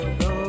go